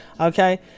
Okay